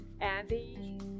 Andy